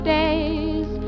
days